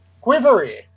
Quivery